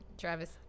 Travis